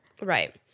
Right